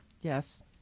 Yes